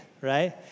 right